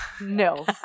No